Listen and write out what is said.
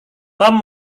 tom